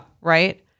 Right